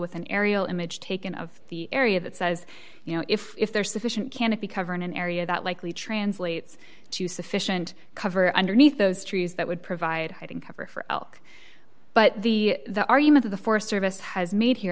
with an aerial image taken of the area that says you know if if there's sufficient canopy cover in an area that likely translates to sufficient cover underneath those trees that would provide cover for elk but the the argument of the forest service has made here